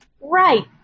Right